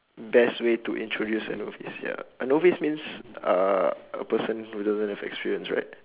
best way to introduce a novice ya a novice mean uh a person who doesn't have experience right